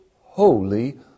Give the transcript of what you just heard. holy